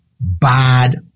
bad